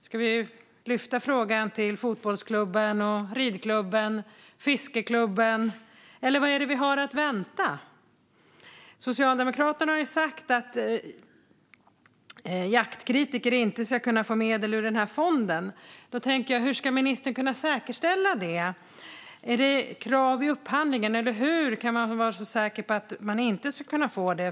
Ska vi lyfta frågan till fotbollsklubben, ridklubben och fiskeklubben, eller vad är det vi har att vänta? Socialdemokraterna har sagt att jaktkritiker inte ska kunna få medel ur den här fonden. Jag undrar hur ministern ska kunna säkerställa det - genom krav i upphandlingen, eller hur kan man vara så säker på att de inte ska kunna få det?